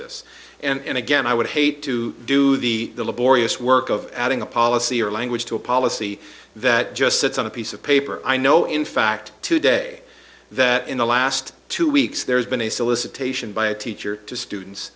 this and again i would hate to do the laborious work of adding a policy or language to a policy that just sits on a piece of paper i know in fact today that in the last two weeks there's been a solicitation by a teacher to students